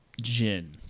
gin